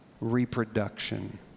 reproduction